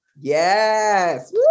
Yes